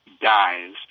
dies